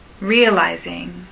realizing